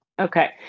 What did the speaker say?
Okay